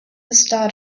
start